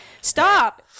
Stop